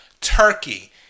Turkey